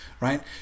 right